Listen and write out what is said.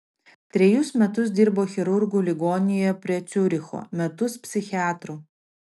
trejus metus dirbo chirurgu ligoninėje prie ciuricho metus psichiatru